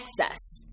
excess